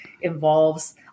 involves